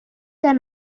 der